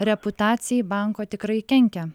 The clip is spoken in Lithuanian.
reputacijai banko tikrai kenkia